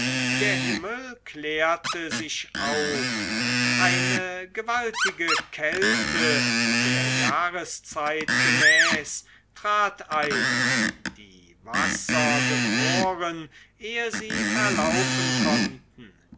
der himmel klärte sich auf eine gewaltige kälte der jahreszeit gemäß trat ein die wasser gefroren ehe sie verlaufen konnten